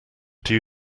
due